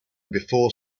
before